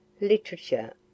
literature